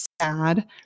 sad